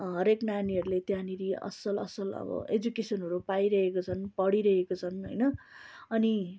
हरेक नानीहरूले त्यहाँनिर असल असल अब एजुकेसनहरू पाइहरेको छन् पढिरहेको छन् होइन अनि